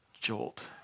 jolt